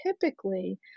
typically